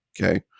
okay